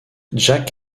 jack